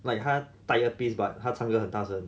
like 他带 ear piece but 他唱歌很大声